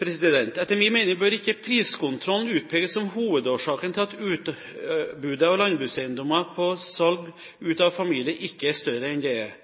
Etter min mening bør ikke priskontrollen utpekes som hovedårsaken til at utbudet av landbrukseiendommer på salg ut av familien ikke er større enn det er.